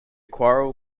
quarrel